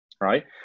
Right